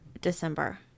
December